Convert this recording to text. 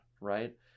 right